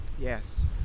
Yes